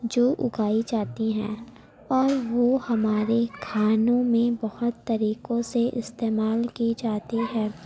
جو اگائی جاتی ہیں اور وہ ہمارے کھانوں میں بہت طریقوں سے استعمال کی جاتی ہے